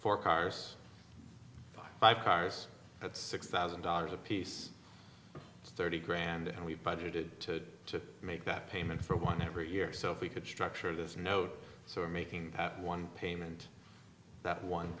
four cars five cars that's six thousand dollars apiece thirty grand and we budgeted to make that payment for one every year so if we could structure this note so we're making one payment that one